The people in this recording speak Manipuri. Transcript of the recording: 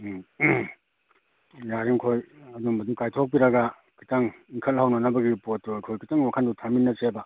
ꯎꯝ ꯌꯥꯔꯤꯝꯈꯣꯏ ꯑꯗꯨꯝꯕꯗꯨ ꯀꯥꯏꯊꯣꯛꯄꯤꯔꯒ ꯈꯤꯇꯪ ꯏꯟꯈꯠꯍꯧꯅꯅꯕꯒꯤ ꯄꯣꯠꯇꯣ ꯑꯩꯈꯣꯏ ꯈꯤꯇꯪ ꯋꯥꯈꯟꯗꯨ ꯊꯝꯃꯤꯟꯅꯁꯦꯕ